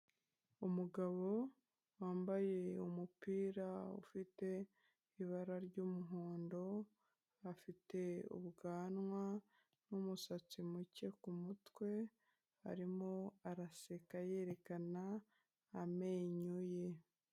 Umugabo wambaye umupira ufite ibara ry'umuhondo, afite ubwanwa n'umusatsi muke ku mutwe arimo araseka yerekana amenyo ye.